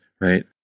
right